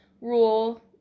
rule